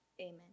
Amen